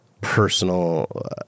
personal